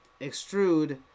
extrude